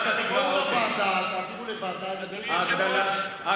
הוא פונה אלי, מותר לי.